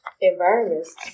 environments